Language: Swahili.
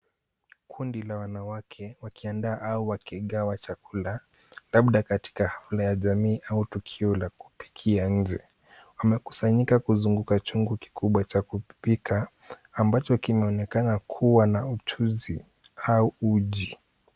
Kundi la wanawake, wakiandaa au wakigawa chakula, labda katika hafla ya jamii au tukio la kupikia nje. Wamekusanyika kuzunguka chungu kikubwa cha kupika, ambacho kinaonekana kuwa na mchuzi au uji.